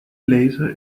laser